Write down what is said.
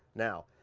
now,